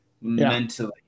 mentally